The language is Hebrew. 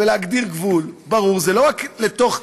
לסגור ולהגדיר גבול ברור, זה לא רק לתוך,